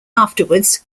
afterwards